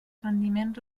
rendiment